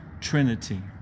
trinity